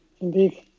Indeed